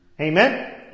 Amen